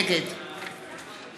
נגד